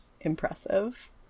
impressive